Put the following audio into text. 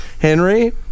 Henry